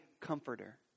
comforter